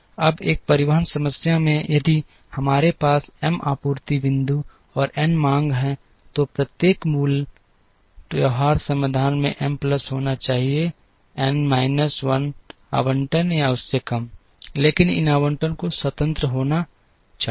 अब एक परिवहन समस्या में यदि हमारे पास M आपूर्ति बिंदु और N मांग बिंदु हैं तो प्रत्येक मूल व्यवहार्य समाधान में M प्लस होना चाहिए एन माइनस 1 आवंटन या उससे कम लेकिन इन आवंटन को स्वतंत्र होना चाहिए